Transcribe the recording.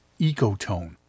ecotone